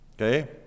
okay